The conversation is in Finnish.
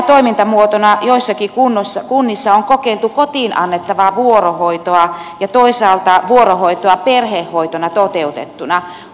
uusina toimintamuotoina joissakin kunnissa on kokeiltu kotiin annettavaa vuorohoitoa ja toisaalta vuorohoitoa perhehoitona toteutettuna